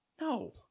No